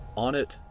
on it,